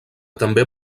també